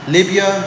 Libya